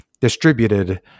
distributed